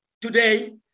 today